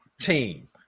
team